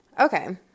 okay